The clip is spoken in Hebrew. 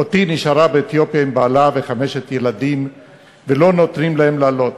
אחותי נשארה באתיופיה עם בעלה וחמשת ילדיה ולא נותנים להם לעלות.